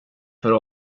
för